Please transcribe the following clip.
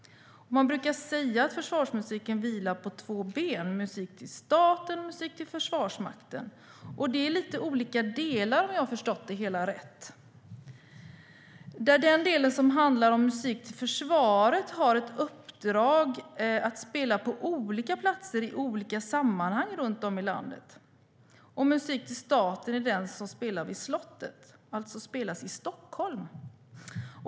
Man brukar säga att försvarsmusiken vilar på två ben: musik i staten och musik till Försvarsmakten. Det är lite olika delar, om jag har förstått det hela rätt. Den del som handlar om musik i försvaret har ett uppdrag att spela på olika platser i olika sammanhang runt om i landet. Musik till staten är den som spelas vid slottet, alltså spelas i Stockholm.